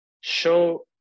show